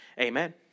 Amen